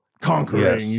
conquering